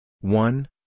one